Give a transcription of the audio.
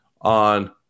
on